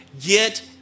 Get